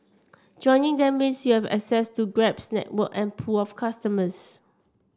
joining them means you have access to Grab's network and pool of customers